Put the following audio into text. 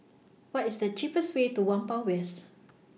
What IS The cheapest Way to Whampoa West